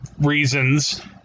Reasons